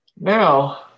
Now